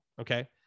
Okay